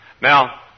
Now